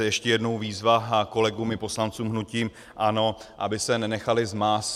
Ještě jednou výzva kolegům i poslancům hnutí ANO, aby se nenechali zmást.